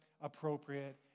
appropriate